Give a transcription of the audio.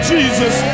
Jesus